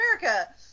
America